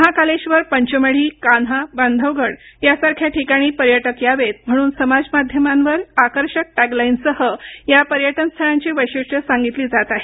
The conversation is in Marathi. महाकालेश्वर पंचमढी कान्हा बांधवगड यासारख्या ठिकाणी पर्यटक यावेत म्हणून समाजमाध्यमांवर आकर्षक टॅगलाईनसह या पर्यटन स्थळांची वैशिष्ट्य सांगितली जात आहेत